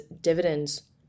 dividends